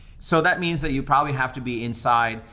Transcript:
so that means that you probably have to be inside.